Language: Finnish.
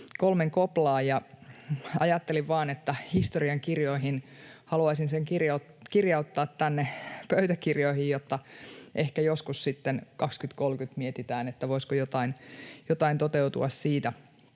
kolmen koplaan, ja ajattelin vain, että historiankirjoihin, tänne pöytäkirjoihin, haluaisin sen kirjauttaa, jotta ehkä joskus sitten 2030 mietitään, voisiko jotain toteutua siitä.